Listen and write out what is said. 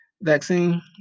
vaccine